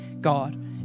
God